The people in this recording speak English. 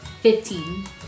fifteen